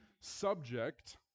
subject